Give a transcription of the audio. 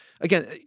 again